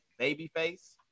babyface